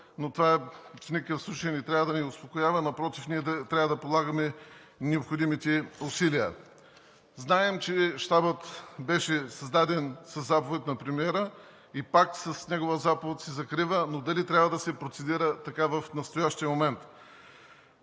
но това в никакъв случай не трябва да ни успокоява, а напротив, ние трябва да полагаме необходимите усилия. Знаем, че Щабът беше създаден със заповед на премиера и пак с негова заповед се закрива, но дали трябва да се процедира така в настоящия момент?